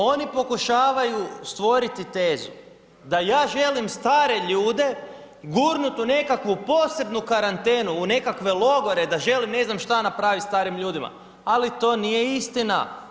Oni pokušavaju stvoriti tezu da ja želim stare ljude gurnut u nekakvu posebnu karantenu u nekakve logore, da želim ne znam šta napraviti starim ljudima, ali to nije istina.